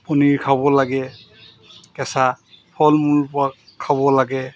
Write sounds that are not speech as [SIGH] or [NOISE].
পনীৰ খাব লাগে কেঁচা ফলমূল [UNINTELLIGIBLE] খাব লাগে